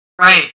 Right